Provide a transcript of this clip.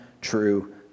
true